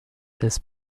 ist